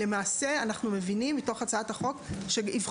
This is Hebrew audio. אבל אנחנו מבינים מתוך הצעת החוק שאבחון